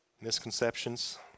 misconceptions